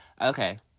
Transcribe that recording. Okay